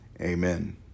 Amen